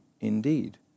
indeed